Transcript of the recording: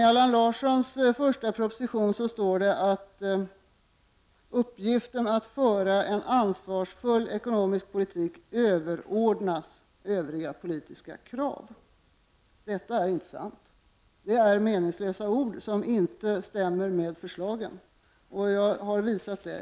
I Allan Larssons första proposition står det att uppgiften att föra en ansvarsfull ekonomisk politik överordnas övriga politiska krav. Detta är inte sant; det är meningslösa ord som inte stämmer överens med förslagen. Jag har visat det.